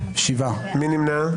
מי נמנע?